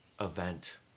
event